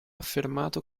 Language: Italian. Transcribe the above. affermato